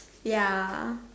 ya